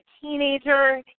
teenager